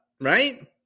Right